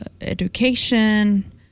Education